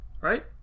right